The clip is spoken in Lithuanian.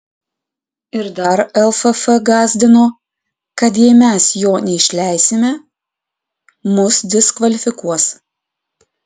ir dar lff gąsdino kad jei mes jo neišleisime mus diskvalifikuos